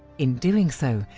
in doing so,